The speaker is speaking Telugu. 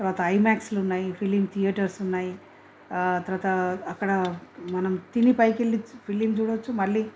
తర్వాత ఐమాక్స్లు ఉన్నాయి ఫిలిం థియేటర్స్ ఉన్నాయి తర్వాత అక్కడ మనం తిని పైకి వెళ్ళి ఫిల్మ్ చూడొచ్చు మళ్ళీ